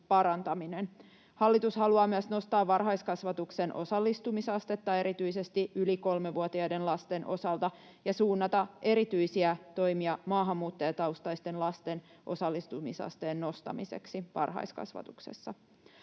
Hallitus haluaa myös nostaa varhaiskasvatuksen osallistumisastetta erityisesti yli kolmevuotiaiden lasten osalta ja suunnata erityisiä toimia maahanmuuttajataustaisten lasten osallistumisasteen nostamiseksi varhaiskasvatuksessa.